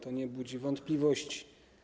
To nie budzi wątpliwości.